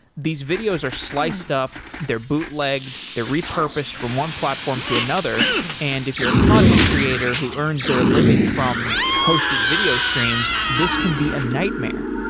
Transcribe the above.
these videos are sliced up, they're bootlegged, they're repurposed from one platform to another and if you're a content creator who earns their living from hosted video streams, this can be a nightmare.